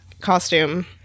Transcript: costume